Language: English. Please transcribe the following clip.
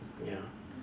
ya